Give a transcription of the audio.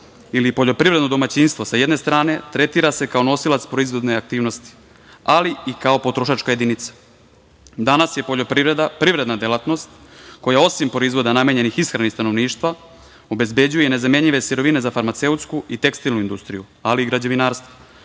ili poljoprivredno domaćinstvo sa jedne strane tretira se kao nosilac proizvodne aktivnosti, ali i kao potrošačka jedinica. Danas je poljoprivreda privredna delatnost koja osim proizvoda namenjenih ishrani stanovništva obezbeđuje nezamenljive sirovine za farmaceutsku industriju i tekstilnu industriju, ali i građevinarstvo.